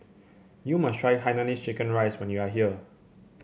you must try Hainanese Chicken Rice when you are here